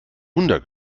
wunder